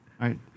right